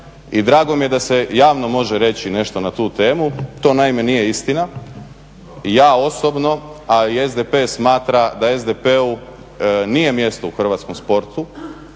i drago mi je da se javno može reći nešto na tu temu. To naime nije istina. I ja osobno a i SDP smatra da SDP-u nije mjesto u hrvatskom sportu,